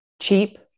cheap